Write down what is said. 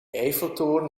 eiffeltoren